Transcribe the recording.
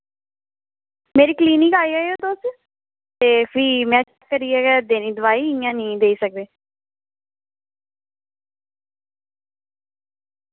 मेरी क्लीनिक आई जायो तुस ते फिर गै देनी दोआई इंया नेईं देई सकदे